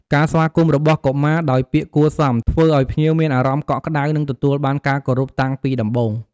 ការស្វាគមន៍របស់កុមារដោយពាក្យគួរសម ធ្វើឲ្យភ្ញៀវមានអារម្មណ៍កក់ក្តៅ និងទទួលបានការគោរពតាំងពីដំបូង។